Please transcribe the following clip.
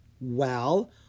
Well